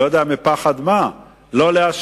אני לא יודע מפחד מה, לא לאשר